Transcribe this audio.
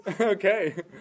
Okay